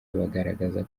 bagaragaza